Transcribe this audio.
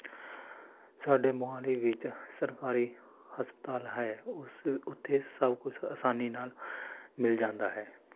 ਸਾਡੇ ਮੁਹੱਲੇ ਵਿੱਚ ਸਰਕਾਰੀ ਹਸਪਤਾਲ ਹੈ ਉਸ ਉੱਥੇ ਸਭ ਕੁਛ ਆਸਾਨੀ ਨਾਲ ਮਿਲ ਜਾਂਦਾ ਹੈ